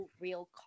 real